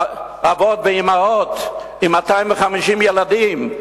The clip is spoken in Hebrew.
אבות ואמהות, עם 250 ילדים.